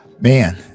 man